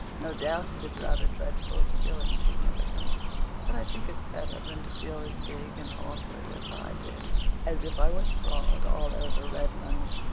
no doubt it is rather dreadful to feel insignificant but i think it's better than to feel as big and awkward as i did as if i were sprawled all over redmond.